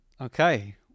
Okay